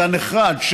אתה נחרד.